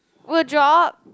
would drop